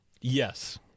Yes